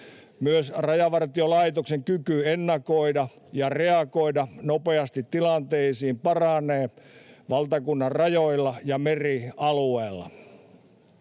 Myös Rajavartiolaitoksen kyky ennakoida ja reagoida nopeasti tilanteisiin paranee valtakunnanrajoilla ja merialueella.